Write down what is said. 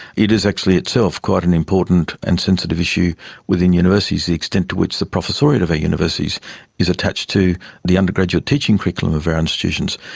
it is actually itself quite an important and sensitive issue within universities, the extent to which the professoriate of our universities is attached to the undergraduate teaching curriculum of our institutions.